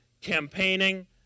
campaigning